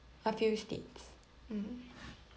a few states mm